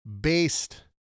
based